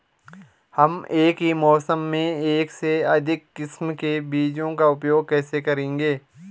हम एक ही मौसम में एक से अधिक किस्म के बीजों का उपयोग कैसे करेंगे?